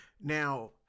Now